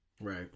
Right